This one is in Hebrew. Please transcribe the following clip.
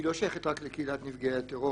היא לא שייכת רק לקהילת נפגעי הטרור,